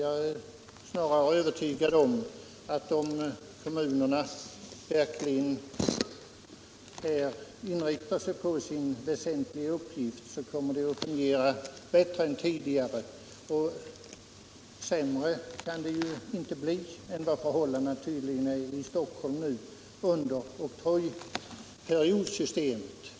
Jag är snarare övertygad om att det med den nya ordningen, om kommunerna inriktar sig på sin väsentliga uppgift, kommer att fungera bättre än tidigare. Sämre än det nu är i Stockholm under oktrojperiodssystemet kan tydligen förhållandena inte bli.